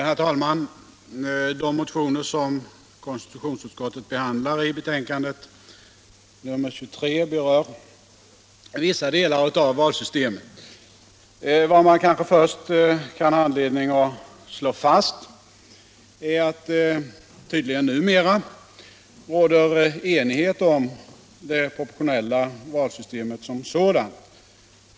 Herr talman! De motioner som konstitutionsutskottet behandlar i betänkandet nr 23 berör vissa delar av valsystemet. Vad man kanske först kan ha anledning att slå fast är att det tydligen numera råder enighet om det proportionella valsystemet som sådant.